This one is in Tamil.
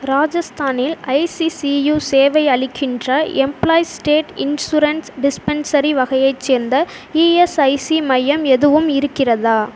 ராஜஸ்தானில் ஐசிசியு சேவை அளிக்கின்ற எம்ப்ளாயீஸ் ஸ்டேட் இன்சூரன்ஸ் டிஸ்பென்சரி வகையைச் சேர்ந்த இஎஸ்ஐசி மையம் எதுவும் இருக்கிறதா